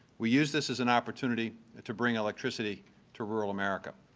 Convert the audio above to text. we used this as an opportunity to bring electricity to rural america.